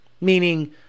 Meaning